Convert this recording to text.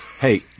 Hey